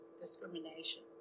discrimination